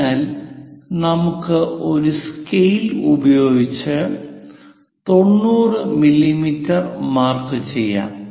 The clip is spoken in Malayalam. അതിനാൽ നമുക്ക് ഒരു സ്കെയിൽ ഉപയോഗിച്ച് 90 മില്ലീമീറ്റർ മാർക്ക് ചെയ്യാം